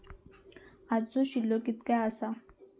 आजचो शिल्लक कीतक्या आसा?